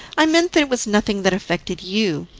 i meant that it was nothing that affected you,